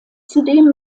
zudem